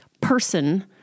person